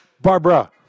Barbara